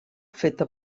feta